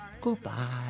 Goodbye